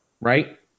right